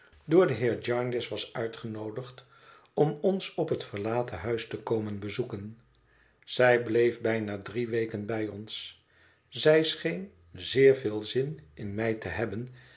door den heer jarndyce was uitgenoodigd om ons op het verlaten huis te komen bezoeken zij bleef bijna drie weken bij ons zij scheen zeer veel zin in mij te hebben